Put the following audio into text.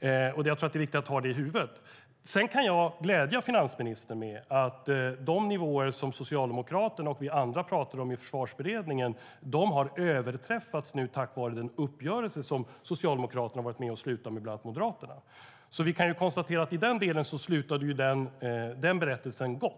Det är viktigt att hålla det i huvudet. Jag kan glädja finansministern med att de nivåer som Socialdemokraterna och vi andra talade om i Försvarsberedningen nu har överträffats tack vare den uppgörelse som Socialdemokraterna varit med om att sluta med bland annat Moderaterna. Vi kan konstatera att i den delen slutade berättelsen väl.